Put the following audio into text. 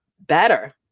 better